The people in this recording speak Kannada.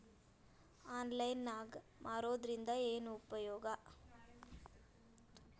ಆನ್ಲೈನ್ ನಾಗ್ ಮಾರೋದ್ರಿಂದ ಏನು ಉಪಯೋಗ?